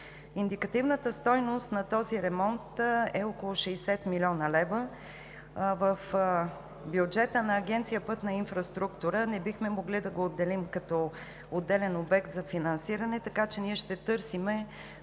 Индикативната стойност на този ремонт е около 60 млн. лв. В бюджета на Агенция „Пътна инфраструктура“ не бихме могли да го отделим като отделен обект за финансиране, така че ние ще търсим